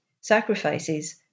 sacrifices